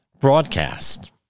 broadcast